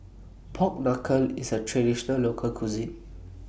Pork Knuckle IS A Traditional Local Cuisine